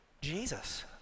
Jesus